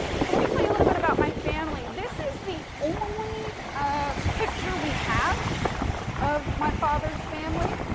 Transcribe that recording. so, let me tell you a little bit about my family. this is the only ah picture we have of my father's family.